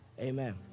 Amen